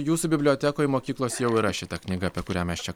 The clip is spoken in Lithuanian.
jūsų bibliotekoj mokyklos jau yra šita knyga apie kurią mes čia